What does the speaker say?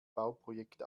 bauprojekt